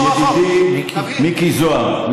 ידידי מיקי זוהר,